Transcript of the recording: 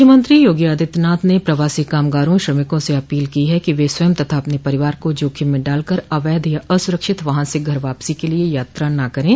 मुख्यमंत्री योगी आदित्यनाथ ने प्रवासी कामगारों श्रमिकों से अपील की है कि वे स्वयं तथा अपने परिवार को जोखिम में डालकर अवैध या असुरक्षित वाहन से घर वापसी के लिए यात्रा न करें